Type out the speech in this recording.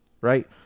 right